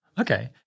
Okay